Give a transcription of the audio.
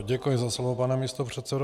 Děkuji za slovo, pane místopředsedo.